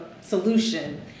solution